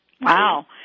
Wow